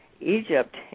Egypt